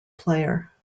player